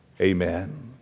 amen